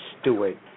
Stewart